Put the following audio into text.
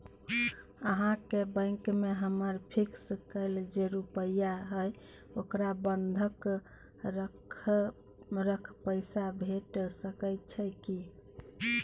अहाँके बैंक में हमर फिक्स कैल जे रुपिया हय ओकरा बंधक रख पैसा भेट सकै छै कि?